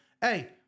Hey